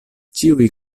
ĉiuj